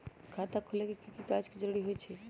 खाता खोले में कि की कागज के जरूरी होई छइ?